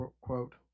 quote